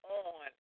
on